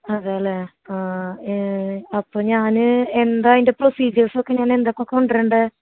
അതേല്ലേ ആ അപ്പോൾ ഞാൻ എന്താ അതിൻ്റെ പ്രൊസീജർസൊക്കെ ഞാനെന്തൊക്കെ കൊണ്ടുവരേണ്ടത്